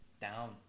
down